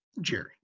jerry